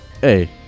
hey